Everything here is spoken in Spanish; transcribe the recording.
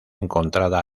encontrada